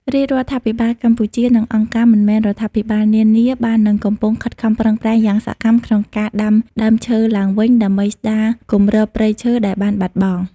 រាជរដ្ឋាភិបាលកម្ពុជា និងអង្គការមិនមែនរដ្ឋាភិបាលនានា បាននិងកំពុងខិតខំប្រឹងប្រែងយ៉ាងសកម្មក្នុងការដាំដើមឈើឡើងវិញ ដើម្បីស្ដារគម្របព្រៃឈើដែលបានបាត់បង់។